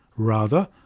rather,